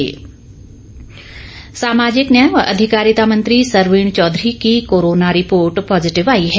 सरवीण चौघरी सामाजिक न्याय व अधिकारिता मंत्री सरवीण चौधरी की कोरोना रिपोर्ट पॉजिटिव आई है